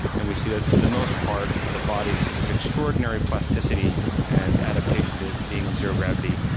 and we see that for the most part the body has extraordinary plasticity and adaptation to being in zero gravity,